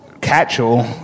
catch-all